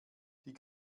die